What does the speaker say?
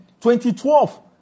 2012